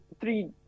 three